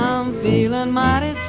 um feelin' mighty